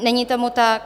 Není tomu tak.